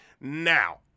Now